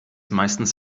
meistens